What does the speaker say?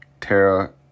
Tara